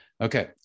Okay